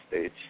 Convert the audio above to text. stage